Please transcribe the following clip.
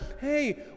Hey